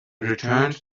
returned